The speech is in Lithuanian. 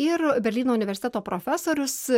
ir berlyno universiteto profesorius